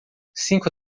cinco